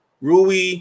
Rui